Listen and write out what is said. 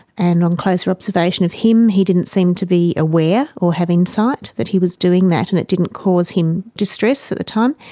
and on closer observation of him he didn't seem to be aware or have insight that he was doing that and it didn't cause him distress at the time.